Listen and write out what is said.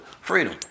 freedom